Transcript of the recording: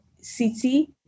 city